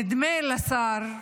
נדמה לשר,